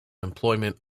employment